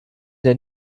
der